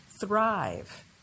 thrive